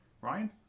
Ryan